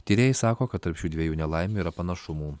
tyrėjai sako kad tarp šių dviejų nelaimių yra panašumų